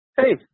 hey